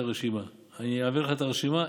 הבאתי לך את הרשימה.